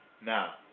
Now